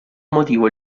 motivo